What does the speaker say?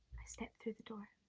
i step through the door.